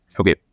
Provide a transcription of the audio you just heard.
Okay